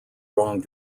wrong